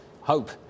hope